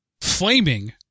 flaming